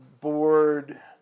board